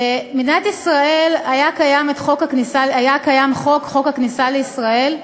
במדינת ישראל היה קיים חוק, חוק הכניסה לישראל,